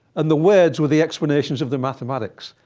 and the words were the explanations of the mathematics.